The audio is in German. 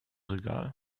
regal